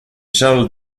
charles